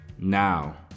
Now